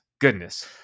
Goodness